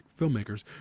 filmmakers